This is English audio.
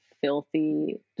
filthy